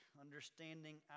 understanding